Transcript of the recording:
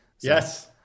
Yes